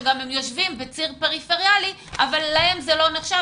הם גם יושבים בציר פריפריאלי אבל להם זה לא נחשב